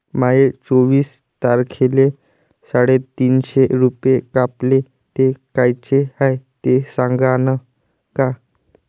माये चोवीस तारखेले साडेतीनशे रूपे कापले, ते कायचे हाय ते सांगान का?